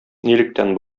нилектән